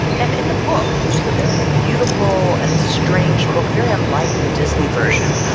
and in the book, which is a very beautiful and strange book, very unlike the disney version,